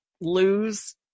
lose